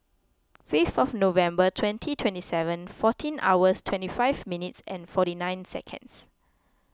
fifth November twenty twenty seven fourteen hours twenty five minutes forty nine seconds